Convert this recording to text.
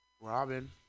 robin